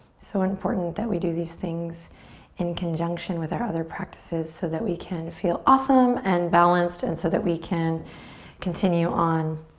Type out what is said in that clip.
so important that we do these things in conjunction with our other practices so that we can feel awesome and balanced and so that we can continue on.